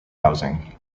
housing